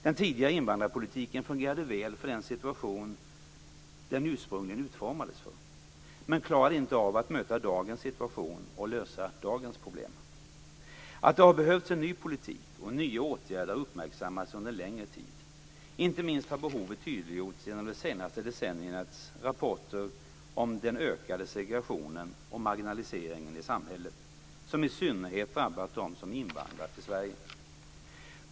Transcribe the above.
Den tidigare invandrarpolitiken fungerade väl för den situation den ursprungligen utformades för, men klarade inte av att möta dagens situation och lösa dagens problem. Att det har behövts en ny politik och nya åtgärder har uppmärksammats under en längre tid. Inte minst har behovet tydliggjorts genom det senaste decenniets rapporter om den ökade segregeringen och marginaliseringen i samhället, som i synnerhet drabbat dem som invandrat till Sverige.